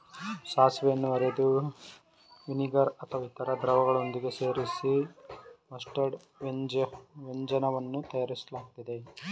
ಸಾಸಿವೆಯನ್ನು ಅರೆದು ವಿನಿಗರ್ ಅಥವಾ ಇತರ ದ್ರವಗಳೊಂದಿಗೆ ಸೇರಿಸಿ ಮಸ್ಟರ್ಡ್ ವ್ಯಂಜನವನ್ನು ತಯಾರಿಸಲಾಗ್ತದೆ